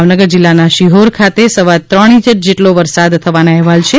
ભાવનગર જિલ્લાના શિહોર ખાતે સવા ત્રણ ઇંચ જેટલો વરસાદ થવાના અહેવાલ છે